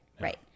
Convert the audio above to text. Right